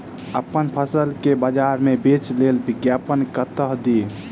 अप्पन फसल केँ बजार मे बेच लेल विज्ञापन कतह दी?